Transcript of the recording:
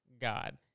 God